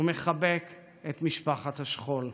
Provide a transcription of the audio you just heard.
ומחבק את משפחת השכול.